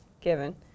given